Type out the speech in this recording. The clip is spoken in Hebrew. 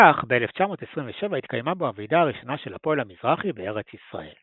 כך ב-1927 התקיימה בו הוועידה הראשונה של הפועל המזרחי בארץ ישראל.